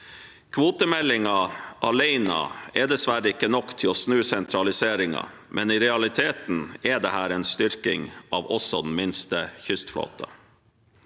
Kvotemeldingen alene er dessverre ikke nok til å snu sentraliseringen, men i realiteten er dette også en styrking av den minste kystflåten.